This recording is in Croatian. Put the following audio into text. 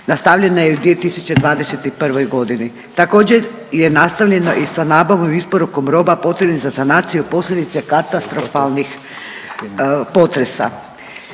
nastavljana je i u 2021.g., također je nastavljeno i sa nabavom i isporukom roba potrebnih za sanaciju posljedice katastrofalnih potresa.